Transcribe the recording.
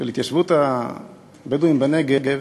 של התיישבות הבדואים בנגב,